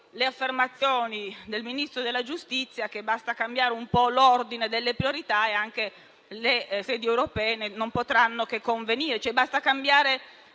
le affermazioni del Ministro della giustizia, per cui basta cambiare un po' l'ordine delle priorità e anche le sedi europee non potranno che convenire: basta cioè cambiare